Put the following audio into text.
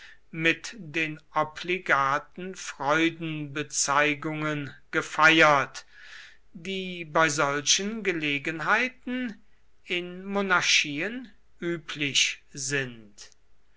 mit den obligaten freudenbezeigungen gefeiert die bei solchen gelegenheiten in monarchien üblich sind